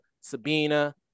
Sabina